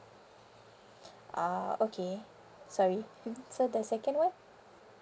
ah okay sorry so the second one